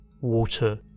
water